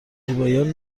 زیبایان